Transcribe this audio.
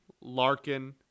Larkin